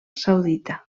saudita